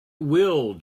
will